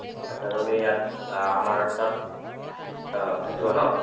আচ্ছা তুমি ইয়াত আমাৰ তাত থাকিবা ন